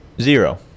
zero